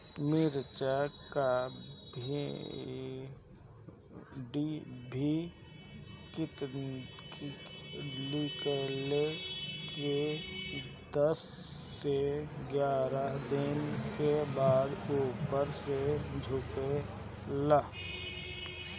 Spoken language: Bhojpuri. मिरचा क डिभी निकलले के दस से एग्यारह दिन बाद उपर से झुके लागेला?